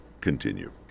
continue